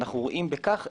אנו רואים בכך איזון.